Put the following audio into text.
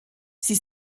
sie